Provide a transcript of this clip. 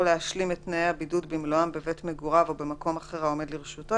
להשלים את תנאי הבידוד במלואם בבית מגוריו או במקום אחר העומד לרשותו,